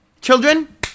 Children